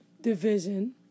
division